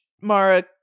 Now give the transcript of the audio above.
Mara